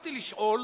הלכתי לשאול